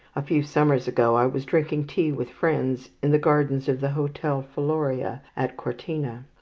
a few summers ago i was drinking tea with friends in the gardens of the hotel faloria, at cortina.